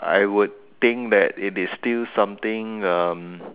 I would think that it is still something um